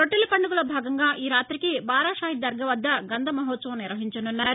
రొట్టెల పండుగలో భాగంగా ఈ రాతికి బారాషాహిద్ దర్గా వద్ద గంధ మహోత్సవం నిర్వహించనున్నారు